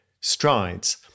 strides